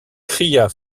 cria